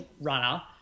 runner